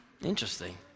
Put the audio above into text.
Interesting